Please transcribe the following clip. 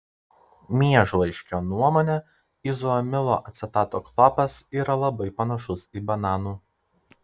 miežlaiškio nuomone izoamilo acetato kvapas yra labai panašus į bananų